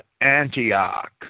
Antioch